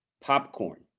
Popcorn